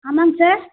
ஆமாம்ங்க சார்